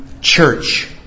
church